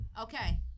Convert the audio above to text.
Okay